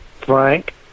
Frank